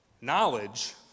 Knowledge